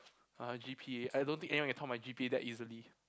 uh G_P_A I don't think anyone can top my G_P_A that easily